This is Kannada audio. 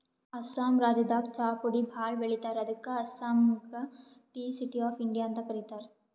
ಅಸ್ಸಾಂ ರಾಜ್ಯದಾಗ್ ಚಾಪುಡಿ ಭಾಳ್ ಬೆಳಿತಾರ್ ಅದಕ್ಕ್ ಅಸ್ಸಾಂಗ್ ಟೀ ಸಿಟಿ ಆಫ್ ಇಂಡಿಯಾ ಅಂತ್ ಕರಿತಾರ್